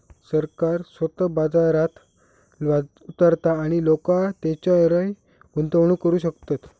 सरकार स्वतः बाजारात उतारता आणि लोका तेच्यारय गुंतवणूक करू शकतत